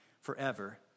forever